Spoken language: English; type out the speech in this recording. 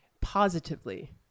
positively